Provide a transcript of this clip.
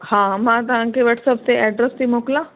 हा मां तांंखे वट्सप ते एड्रैस थी मोकिलियां